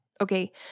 Okay